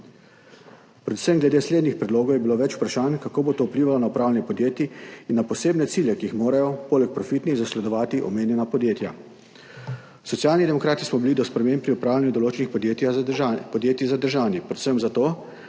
Predvsem glede slednjih predlogov je bilo več vprašanj, kako bo to vplivalo na upravljanje podjetij in na posebne cilje, ki jih morajo poleg profitnih zasledovati omenjena podjetja. Socialni demokrati smo bili do sprememb pri upravljanju določenih podjetij zadržani predvsem zato,